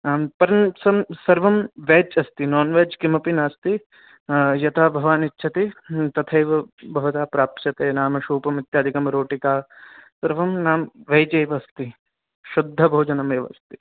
आं पर् सं सर्वं वेज् अस्ति नान् वेज् किमपि नास्ति यथा भवान् इच्छति तथैव भवता प्राप्स्यते नाम सूपमित्यादिकं रोटिका सर्वं नाम् वेज् एव अस्ति शुद्धभोजनमेव अस्ति